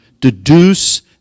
deduce